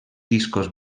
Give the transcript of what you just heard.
discos